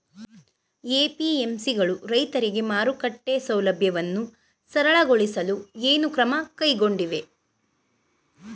APMC ಗಳು ರೈತರಿಗೆ ಮಾರುಕಟ್ಟೆ ಸೌಲಭ್ಯವನ್ನು ಸರಳಗೊಳಿಸಲು ಏನು ಕ್ರಮ ಕೈಗೊಂಡಿವೆ?